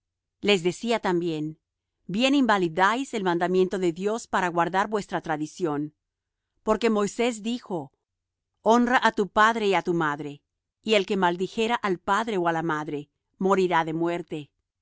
les decía también bien invalidáis el mandamiento de dios para guardar vuestra tradición porque moisés dijo honra á tu padre y á tu madre y el que maldijera al padre ó á la madre morirá de muerte